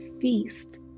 feast